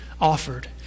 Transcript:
offered